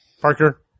Parker